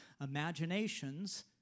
imaginations